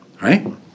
Right